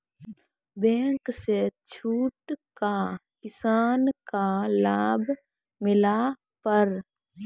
Bank से छूट का किसान का लाभ मिला पर?